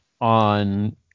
on